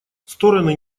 стороны